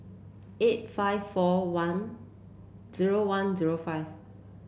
eight five four one zero one zero five